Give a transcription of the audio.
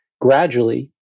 gradually